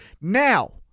Now